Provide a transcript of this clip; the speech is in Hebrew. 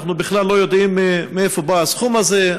אנחנו בכלל לא יודעים מאיפה בא הסכום הזה.